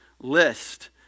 list